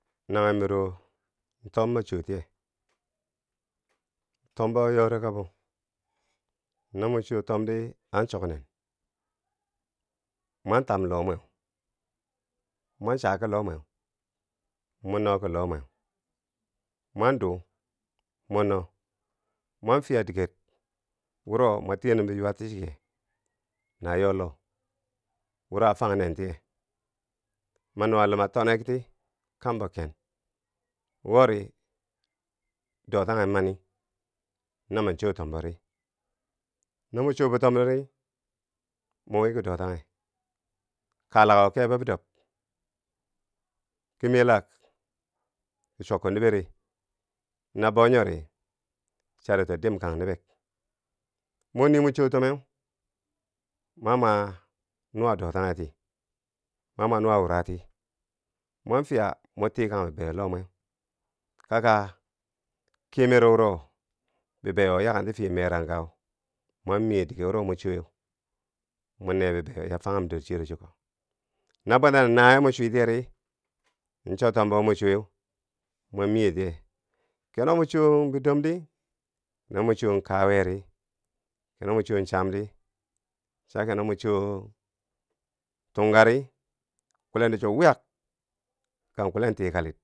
Naghen miro tom ma choo tiye tombo yori kabo, na mo choo tomdi an chognen mon tam lohmweu, mon cha loh mweu mon duu mo noo, mon fiya diger wuro mo tiyenum biyuwar ti chike na yoo loh, wuro a fang nen tiye ma nuwa luma tonek ti kambo ken wori dotanghe mani no miin choo tombori, no mo choo bo tombori mo wii ki dotanghe kalakako kebo bidob ki myelak, ki. chwyakko nibere na bou njori charito dim kang nobek, mo nii mo choo tomeu ma mwa nuwa dotanghe ti ma mwa nuwa wurati mwan fiya mo tikang bibeyo loh mweu kaka kyemero wuro bibeyo yakenti fiye meranka mo. miye dige wuro mo choweu mwi nee bibeyo yaa fanghum dor chiyero chiko, na bwentano nawiye mo chwitiyeri cho tombo mo chooweu mwa miye. tiye, keno mo choo bidom di keno mo choo kawiyeri keno mo choo chamdi, cha keno mo choo tungkari kulendo chuwo wiyak kan kulen tikalik.